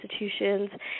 institutions